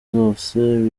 zose